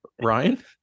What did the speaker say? Ryan